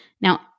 Now